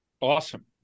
Awesome